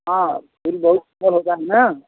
हाँ फिर बहुत कोमल होता है ना